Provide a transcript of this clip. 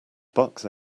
bucks